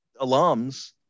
alums